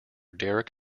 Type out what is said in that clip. derek